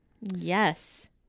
yes